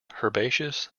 herbaceous